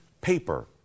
paper